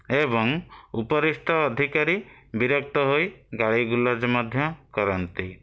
ଏବଂ ଉପରିସ୍ଥ ଅଧିକାରୀ ବିରକ୍ତ ହୋଇ ଗାଳିଗୁଲଜ ମଧ୍ୟ କରନ୍ତି